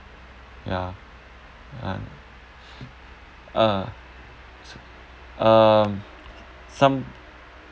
ya ya uh some